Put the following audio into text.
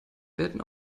werden